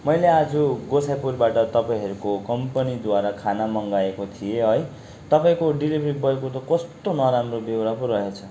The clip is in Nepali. मैले आज गोसाइपुरबाट तपाईँहरूको कम्पनीद्वारा खाना मगाएको थिएँ है तपाईँको डिलिभेरी बोयको त कस्तो नराम्रो बेउरा पो रहेछ